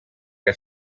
que